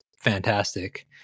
Fantastic